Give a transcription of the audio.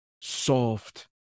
soft